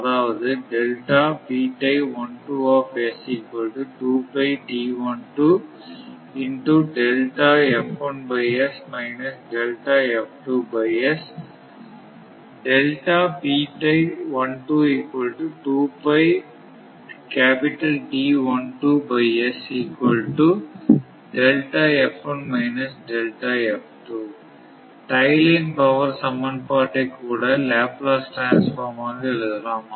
அதாவது tie line power சமன்பாட்டை கூட லேப்லாஸ் டிரான்ஸ்பாரம் ஆக எழுதலாம்